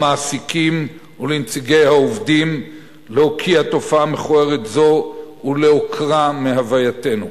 למעסיקים ולנציגי העובדים להוקיע תופעה מכוערת זו ולעוקרה מהווייתנו.